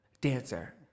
dancer